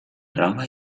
roba